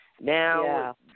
Now